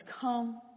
come